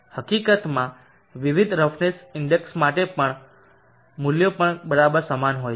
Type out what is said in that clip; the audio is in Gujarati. હકીકતમાં વિવિધ રફનેસ ઇન્ડેક્સ માટે મૂલ્યો પણ બરાબર સમાન હોય છે